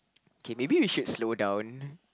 K maybe we should slow down